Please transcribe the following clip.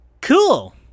Cool